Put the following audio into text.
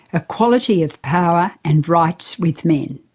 equality of power and rights with men.